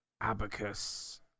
abacus